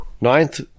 ninth